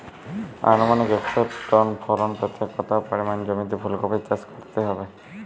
আনুমানিক একশো টন ফলন পেতে কত পরিমাণ জমিতে ফুলকপির চাষ করতে হবে?